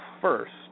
first